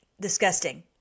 disgusting